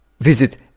Visit